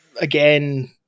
Again